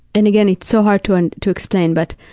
and again, it's so hard to and to explain, but